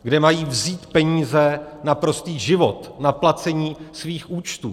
Kde mají vzít peníze na prostý život, na placení svých účtů?